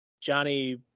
Johnny